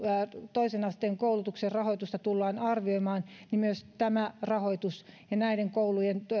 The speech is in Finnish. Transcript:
toisen asteen koulutuksen rahoitusta tullaan arvioimaan niin myös tämä rahoitus ja näiden koulujen